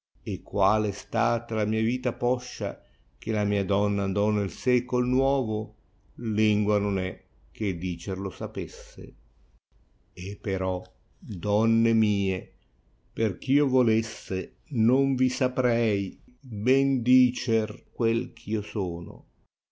vedesse quale è stata la mia vita poscia che la mia donna andò nel seeol nuovo lingua non è che dicer lo sapesse e però donne mie perch io volesse non vi saprei ben dicer quel àìt io sono